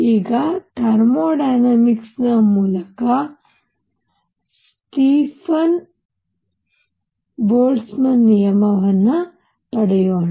ಈಗ thermodynamics ಮೂಲಕ Stefan Boltzmann ನಿಯಮವನ್ನು ಪಡೆಯೋಣ